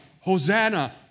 Hosanna